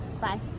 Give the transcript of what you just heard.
bye